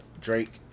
Drake